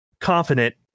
confident